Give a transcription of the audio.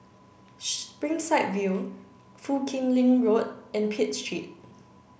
Springside View Foo Kim Lin Road and Pitt Street